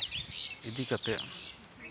ᱤᱫᱤ ᱠᱟᱛᱮᱫ